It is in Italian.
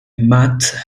matt